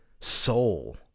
soul